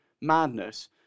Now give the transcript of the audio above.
madness